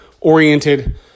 oriented